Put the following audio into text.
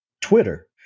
Twitter